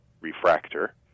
refractor